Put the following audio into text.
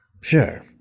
Sure